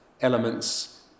Elements